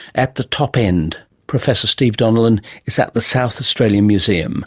at the top end. professor steve donnellan is at the south australian museum